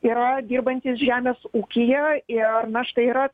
yra dirbantys žemės ūkyje ir na štai yra